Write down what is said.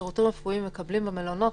אבל שירותים רפואיים כן מקבלים במלונות,